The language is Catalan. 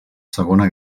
segona